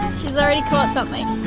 she's already caught something.